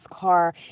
car